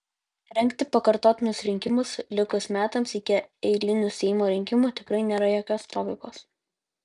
rengti pakartotinius rinkimus likus metams iki eilinių seimo rinkimų tikrai nėra jokios logikos